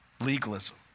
Legalism